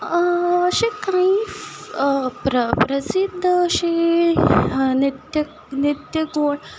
काही प्र प्रसिद्द अशी नृत्य नृत्य कोण